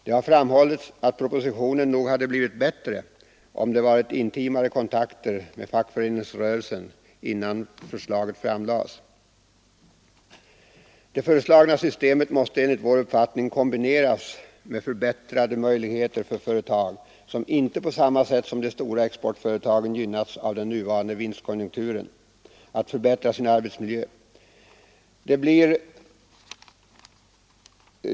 Det har framhållits att propositionen nog hade blivit bättre, om det hade varit intimare kontakter med fack föreningsrörelsen innan förslaget framlades. Det föreslagna systemet måste enligt centerns uppfattning kombineras med förbättrade möjligheter för företag, som inte på samma sätt som de stora exportföretagen gynnats av den nuvarande vinstkonjunkturen, att förbättra sin arbetsmiljö.